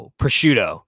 prosciutto